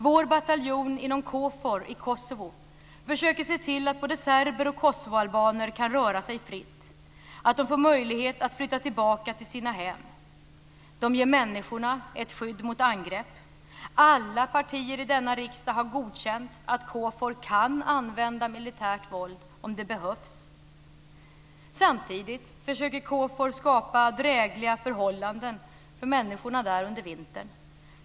Vår bataljon inom KFOR i Kosovo försöker se till att både serber och kosovoalbaner kan röra sig fritt och att de får möjlighet att flytta tillbaka till sina hem. De ger människorna ett skydd mot angrepp. Alla partier i denna riksdag har godkänt att KFOR kan använda militärt våld om det behövs. Samtidigt försöker KFOR skapa drägliga förhållanden för människorna under vintern.